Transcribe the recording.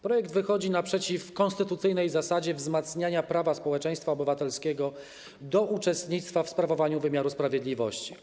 Projekt wychodzi naprzeciw konstytucyjnej zasadzie wzmacniania prawa społeczeństwa obywatelskiego do uczestnictwa w sprawowaniu wymiaru sprawiedliwości.